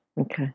okay